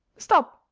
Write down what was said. stop!